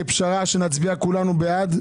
כפשרה שנצביע כולנו בעד.